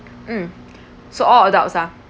mm so all adults ah